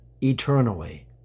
eternally